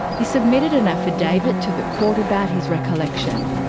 he submitted an affidavit to the court about his recollection.